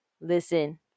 listen